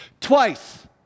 Twice